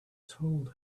told